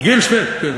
גיל שוויד, כן.